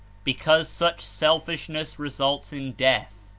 because such selfishness results in death,